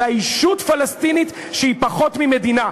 אלא ישות פלסטינית שהיא פחות ממדינה.